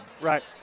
Right